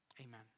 Amen